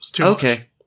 Okay